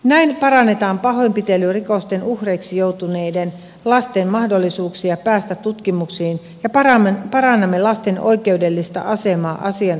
näin parannetaan pahoinpitelyrikosten uhreiksi joutuneiden lasten mahdollisuuksia päästä tutkimuksiin ja parannamme lasten oikeudellista asemaa asianomistajina